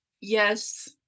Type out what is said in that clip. yes